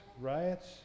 riots